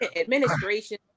Administration